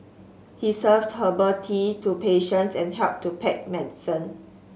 he served herbal tea to patients and helped to pack medicine